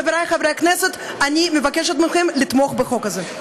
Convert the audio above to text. חברי חברי הכנסת, אני מבקשת מכם לתמוך בחוק הזה.